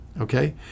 okay